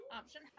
option